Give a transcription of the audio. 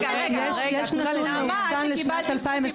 רגע, יש נתון מעודכן ל-2021.